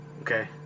Okay